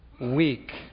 weak